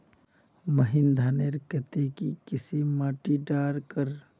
महीन धानेर केते की किसम माटी डार कर?